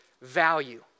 value